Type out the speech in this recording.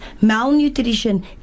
malnutrition